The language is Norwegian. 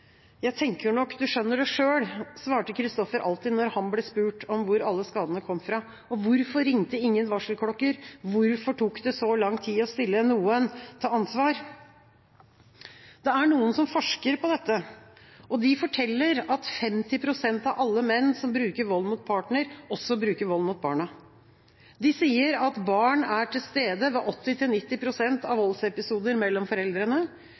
Jeg tenker nok du skjønner det sjøl, svarte Christoffer alltid når han ble spurt om hvor alle skadene kom fra. Hvorfor ringte ingen varselklokker? Hvorfor tok det så lang tid å stille noen til ansvar? Det er noen som forsker på dette. De forteller at 50 pst. av alle menn som bruker vold mot partner, også bruker vold mot barna. De sier at barn er til stede ved 80–90 pst. av voldsepisoder mellom